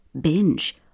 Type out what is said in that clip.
binge